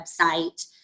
website